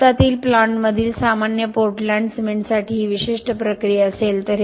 भारतातील प्लांटमधील सामान्य पोर्ट लँड सिमेंटसाठी ही विशिष्ट प्रक्रिया असेल